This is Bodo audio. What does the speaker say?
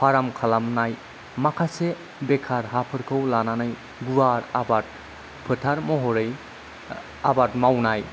फार्म खालामनाय माखासे बेखार हाफोरखौ लानानै गुवार आबाद फोथार महरै आबाद मावनाय